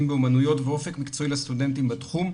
באומנויות ואופק מקצועי לסטודנטים בתחום.